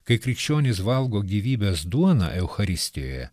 kai krikščionys valgo gyvybės duoną eucharistijoje